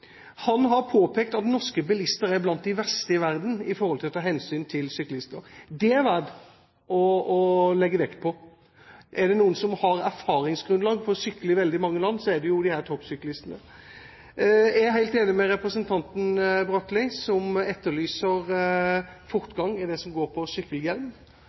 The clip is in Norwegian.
Han har påpekt at norske bilister er blant de verste i verden når det gjelder å ta hensyn til syklister. Det er det verdt å legge vekt på. Er det noen som har erfaringsgrunnlag etter å ha syklet i veldig mange land, er det jo disse toppsyklistene. Jeg er helt enig med representanten Bratli, som etterlyser fortgang i det som går på sykkelhjelm.